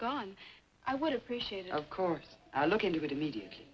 gone i would appreciate it of course i look into it immediately